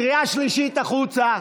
קריאה שלישית, החוצה.